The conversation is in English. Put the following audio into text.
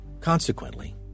consequently